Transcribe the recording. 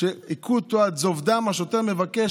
שהכו אותו עד זוב דם, השוטר מבקש